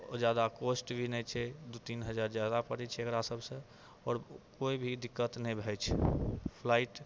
आओर ज्यादा कॉस्ट भी नहि छै दू तीन हजार ज्यादा पड़ै छै एकरा सबसँ आओर कोइ भी दिक्कत नहि होइ छै फ्लाइट